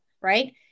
right